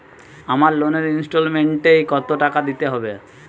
আমার লোনের ইনস্টলমেন্টৈ কত টাকা দিতে হবে?